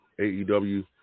AEW